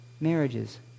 marriages